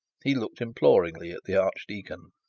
he looked imploringly at the archdeacon.